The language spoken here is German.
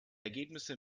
ergebnisse